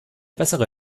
bessere